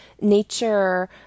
nature